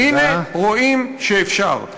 הנה, רואים שאפשר.